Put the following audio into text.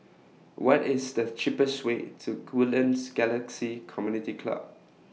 What IS The cheapest Way to Woodlands Galaxy Community Club